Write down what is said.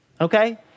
okay